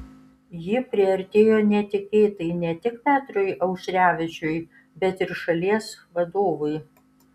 ji priartėjo netikėtai ne tik petrui auštrevičiui bet ir šalies vadovui